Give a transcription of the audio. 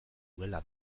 duela